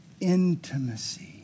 Intimacy